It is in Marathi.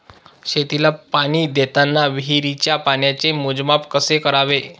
शेतीला पाणी देताना विहिरीच्या पाण्याचे मोजमाप कसे करावे?